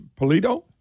Polito